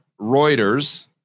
Reuters